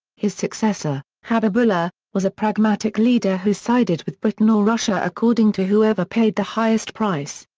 his successor, habibullah, was a pragmatic leader who sided with britain or russia according to whoever paid the highest price.